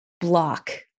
block